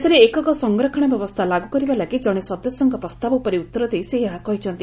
ଦେଶରେ ଏକକ ସଂରକ୍ଷଣ ବ୍ୟବସ୍ଥା ଲାଗୁ କରିବା ଲାଗି ଜଣେ ସଦସ୍ୟଙ୍କ ପ୍ରସ୍ତାବ ଉପରେ ଉତ୍ତର ଦେଇ ସେ ଏହା କହିଛନ୍ତି